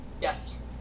Yes